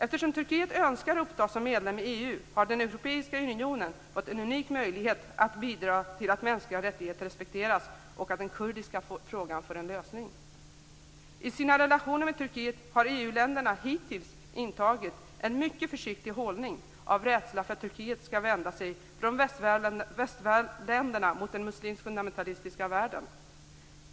Eftersom Turkiet önskar upptas som medlem i EU har den europeiska unionen fått en unik möjlighet att bidra till att mänskliga rättigheter respekteras och att den kurdiska frågan får en lösning. I sina relationer med Turkiet har EU-länderna hittills intagit en mycket försiktig hållning, av rädsla för att Turkiet skall vända sig från västländerna mot den muslimskt fundamentalistiska världen.